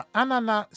anana